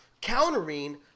countering